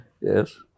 Yes